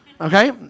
Okay